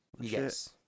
Yes